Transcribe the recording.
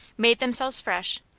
made themselves fresh,